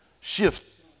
Shift